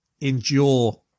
endure